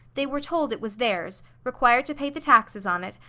they were told it was theirs, required to pay the taxes on it,